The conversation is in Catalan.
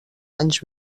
anys